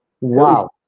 wow